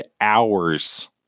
hours